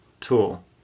tool